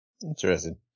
Interesting